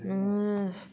नोङो